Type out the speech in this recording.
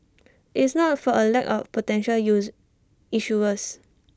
it's not for A lack of potential use issuers